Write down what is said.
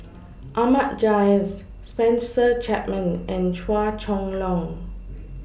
Ahmad Jais Spencer Chapman and Chua Chong Long